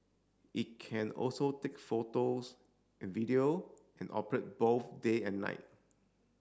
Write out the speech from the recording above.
it can also take photos video and operate both day and night